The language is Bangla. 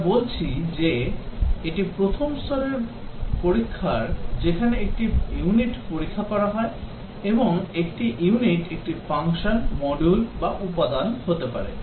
আমরা বলছি যে এটি প্রথম স্তরের পরীক্ষার যেখানে একটি ইউনিট পরীক্ষা করা হয় এবং একটি ইউনিট একটি ফাংশন মডিউল বা উপাদান হতে পারে